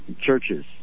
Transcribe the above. churches